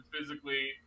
physically